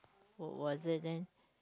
was it then